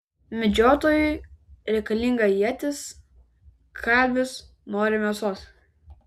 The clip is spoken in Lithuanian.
medžiotojui reikalinga ietis kalvis nori mėsos